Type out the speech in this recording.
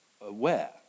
aware